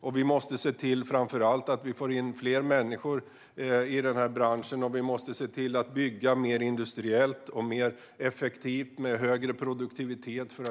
För att kunna bygga fler bostäder måste vi framför allt se till att få in fler människor i branschen och att bygga mer industriellt och mer effektivt, med högre produktivitet.